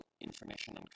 information